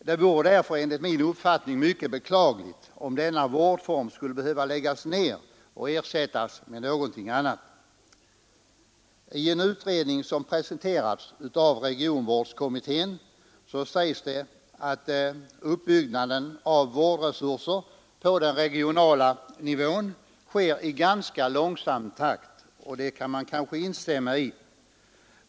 Det vore mot denna bakgrund enligt min uppfattning mycket beklagligt om den här vårdformen skulle behöva läggas ned och ersättas med något annat. I en utredning som presenterats av regionvårdskommittén sägs det att uppbyggnaden av vårdresurser på den regionala nivån sker i ganska långsam takt, och det kan man kanske instämma i.